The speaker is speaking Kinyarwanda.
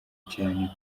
cyane